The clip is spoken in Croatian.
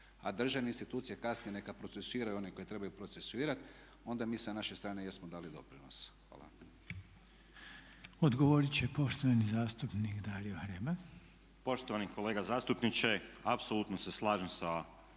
a državne institucije kasnije neka procesuiraju one koje trebaju procesuirati, onda mi sa naše strane jesmo dali doprinos. Hvala. **Reiner, Željko (HDZ)** Odgovorit će poštovani zastupnik Dario Hrebak. **Hrebak, Dario (HSLS)** Poštovani kolega zastupniče, apsolutno se slažem sa vašim